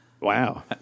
Wow